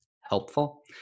helpful